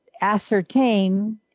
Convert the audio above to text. ascertain